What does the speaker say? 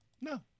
No